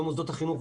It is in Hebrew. מוסדות החינוך,